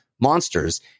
monsters